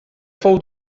fou